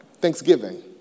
Thanksgiving